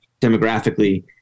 demographically